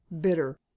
bitter